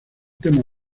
tema